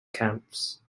camps